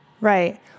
Right